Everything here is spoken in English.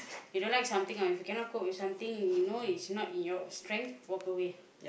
you don't like something or if you cannot cope with something you know it's not in your strength walk away